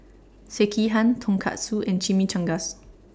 Sekihan Tonkatsu and Chimichangas